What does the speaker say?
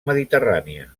mediterrània